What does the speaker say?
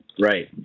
Right